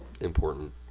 Important